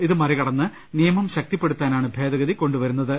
ഇത് മറിക ടന്ന് നിയമം ശക്തിപ്പെടുത്താനാണ് ഭേദഗതി കൊണ്ടുവന്നത്